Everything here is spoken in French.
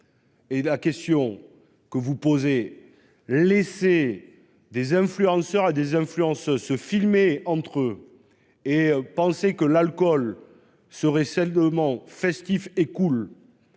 Et la question que vous posez laisser. Des influenceurs à des influences se filmer entre. Et penser que l'alcool serait celle de moments festifs et cool.